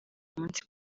umunsi